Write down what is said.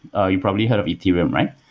ah you probably heard of ethereum, right?